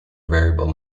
variable